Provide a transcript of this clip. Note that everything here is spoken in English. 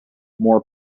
more